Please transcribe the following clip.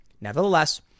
Nevertheless